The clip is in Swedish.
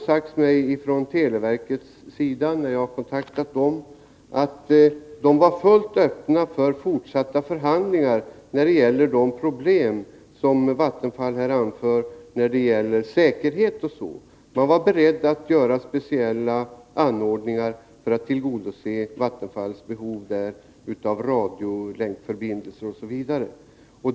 Det har också sagts mig när jag har kontaktat televerket, att man där var fullt öppen för fortsatta förhandlingar om lösningen av de problem som Vattenfall anför när det gäller säkerheten. Televerket var berett att göra speciella anordningar för att tillgodose Vattenfalls behov av radiolänkförbindelser osv.